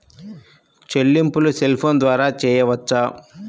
చెల్లింపులు cell phone ద్వారా చేయవచ్చా?